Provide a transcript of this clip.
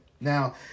Now